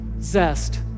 zest